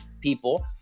people